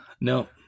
No